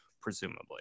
presumably